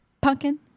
Pumpkin